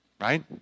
Right